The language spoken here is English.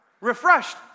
Refreshed